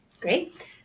Great